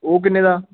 ਉਹ ਕਿੰਨੇ ਦਾ